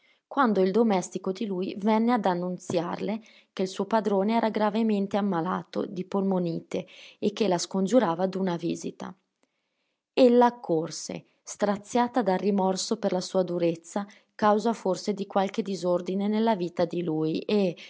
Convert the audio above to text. quando il domestico di lui venne ad annunziarle che il suo padrone era gravemente ammalato di polmonite e che la scongiurava d'una visita ella accorse straziata dal rimorso per la sua durezza causa forse di qualche disordine nella vita di lui e